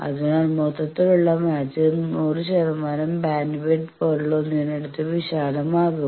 അതിനാൽ മൊത്തത്തിലുള്ള മാച്ച് 100 ശതമാനം ബാൻഡ്വിഡ്ത്ത് പോലുള്ള ഒന്നിനടുത്ത് വിശാലമാകും